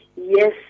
Yes